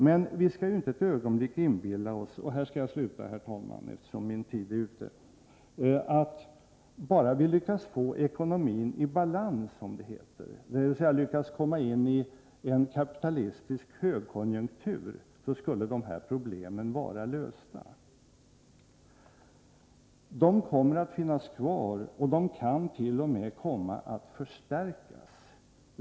Men vi får inte ett ögonblick inbilla oss — och med detta skall jag sluta, herr talman, eftersom min tid är slut — att de här problemen skulle vara lösta bara vi lyckas få ekonomin i balans, som det heter, dvs. lyckas komma in i en kapitalistisk högkonjunktur. Problemen kommer att finnas kvar, och de kant.o.m. komma att förvärras.